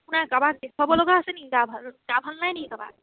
আপোনাৰ কাবাক দেখুৱাব লগা আছে নি গা ভাল গা ভাল নাই নেকি কাবাক